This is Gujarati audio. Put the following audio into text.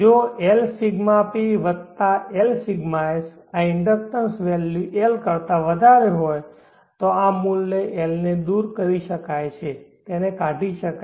જો Lσp વત્તા Lσs આ ઇન્ડક્ટન્સ વેલ્યુ L કરતા વધારે હોય તો આ મૂલ્ય L ને દૂર કરી શકાય છે તેને કાઢી શકાય છે